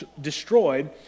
destroyed